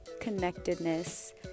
connectedness